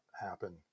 happen